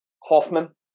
Hoffman